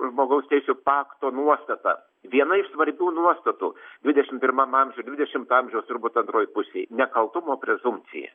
žmogaus teisių pakto nuostatą viena iš svarbių nuostatų dvidešim pirmam amžiuje dvidešimto amžiaus turbūt antroj pusėj nekaltumo prezumpcija